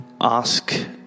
ask